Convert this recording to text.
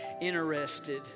interested